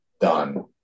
done